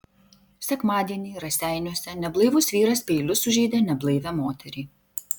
sekmadienį raseiniuose neblaivus vyras peiliu sužeidė neblaivią moterį